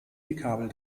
kabel